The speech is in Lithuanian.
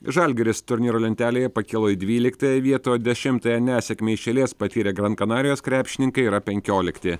žalgiris turnyro lentelėje pakilo į dvyliktąją vietą dešimtąją nesėkmę iš eilės patyrę gran kanarijos krepšininkai yra penkiolikti